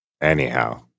Anyhow